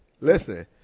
listen